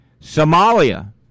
Somalia